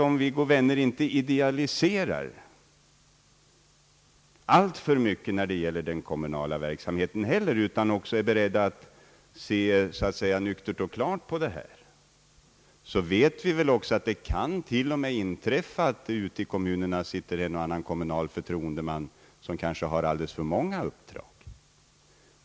Om vi, go” vänner, inte idealiserar alltför mycket när det gäller den kommunala verksamheten utan är beredda att se nyktert och klart på problemet, vet vi väl att det till och med kan inträffa att det ute i kommunerna sitter en och annan förtroendeman som har alldeles för många uppdrag.